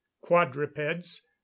quadrupeds